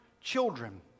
children